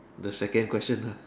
the second question ah